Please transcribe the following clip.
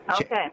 Okay